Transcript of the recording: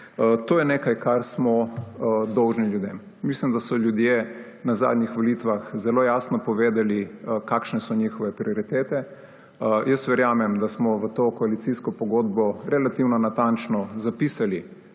To je nekaj, kar smo dolžni ljudem. Mislim, da so ljudje na zadnjih volitvah zelo jasno povedali, kakšne so njihove prioritete. Verjamem, da smo v to koalicijsko pogodbo relativno natančno zapisali,